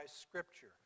scripture